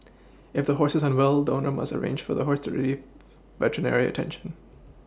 if the horse is unwell the owner must arrange for the horse to Relief veterinary attention